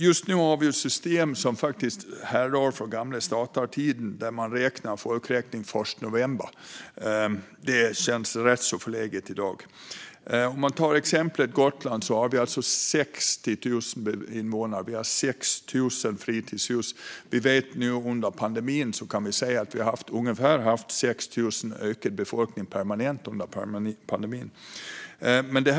Just nu har vi ett system som faktiskt härrör från den gamla statartiden, då man gjorde folkräkningen den 1 november. Det känns rätt förlegat i dag. För att ta Gotland som exempel: Vi har 60 000 invånare. Vi har 6 000 fritidshus. Under pandemin har vi sett att den permanenta befolkningen har ökat med ungefär 6 000.